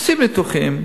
עושים ניתוחים.